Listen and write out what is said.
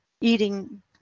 Eating